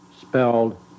spelled